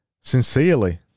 Sincerely